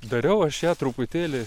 dariau aš ją truputėlį